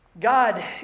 God